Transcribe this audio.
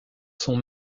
son